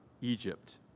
Egypt